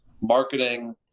marketing